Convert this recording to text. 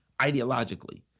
ideologically